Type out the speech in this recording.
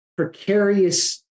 Precarious